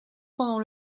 pendant